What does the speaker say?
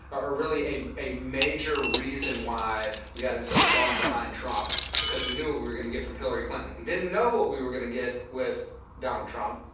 or really a a major reason why we got in so strong behind trump, because we knew what we were going to get from hillary clinton. we didn't know what we were going to get with donald trump,